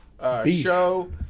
Show